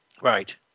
Right